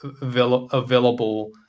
available